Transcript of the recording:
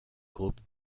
groupe